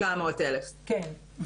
700,000. כן,